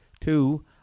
Two